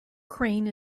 crane